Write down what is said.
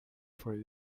for